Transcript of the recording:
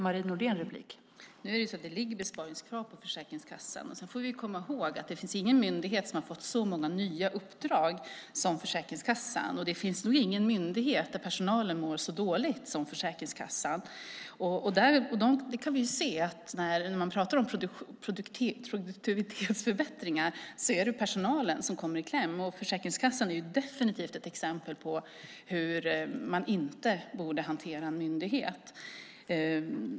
Fru talman! Nu är det så att det ligger besparingskrav på Försäkringskassan. Sedan ska vi komma ihåg att det inte finns någon myndighet som har fått så många uppdrag som Försäkringskassan, och det finns nog ingen myndighet där personalen mår så dåligt som på Försäkringskassan. Och när vi pratar om produktivitetsförbättringar kan vi se att det är personalen som kommer i kläm. Försäkringskassan är definitivt ett exempel på hur man inte borde hantera en myndighet.